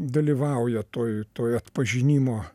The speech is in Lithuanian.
dalyvauja toj toj atpažinimo